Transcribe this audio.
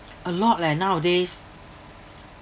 a lot leh nowadays